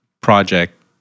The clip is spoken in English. project